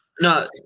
No